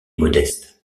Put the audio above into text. modeste